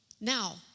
Now